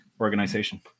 organization